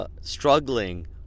Struggling